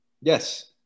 Yes